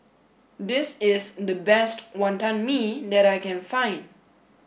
this is the best Wantan Mee that I can find